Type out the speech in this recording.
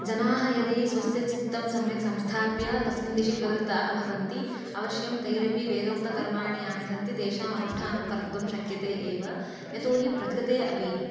जनाः यदि स्वस्य चित्तं सम्यक् संस्थाप्य तस्मिन् दिशि प्रवृत्ताः भवन्ति अवश्यं तैरपि वेदोक्तकर्माणि यानि सन्ति तेषाम् अनुष्ठानं कर्तुं शक्यते एव यतोहि प्रकृते अपि